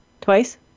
Twice